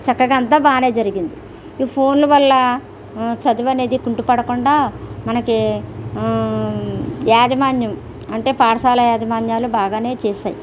చక్కగా అంత బాగానే జరిగింది ఈ ఫోన్లు వల్ల చదువు అనేది కుంటు పడకుండా మనకి యాజమాన్యం అంటే పాఠశాల యాజమాన్యాలు బాగానే చేసాయి